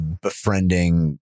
befriending